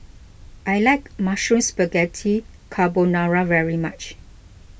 I like Mushroom Spaghetti Carbonara very much